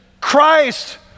Christ